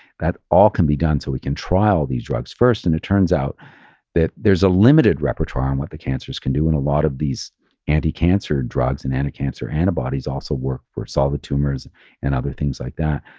that all can be done. so we can trial these drugs first. and it turns out that there's a limited repertoire on what the cancers can do in a lot of these anticancer drugs and anticancer antibodies also work for solid tumors and other things like that.